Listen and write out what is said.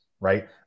right